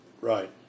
Right